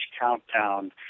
countdown